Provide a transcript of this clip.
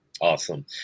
Awesome